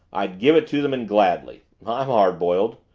i'd give it to them and gladly i'm hard-boiled.